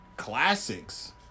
classics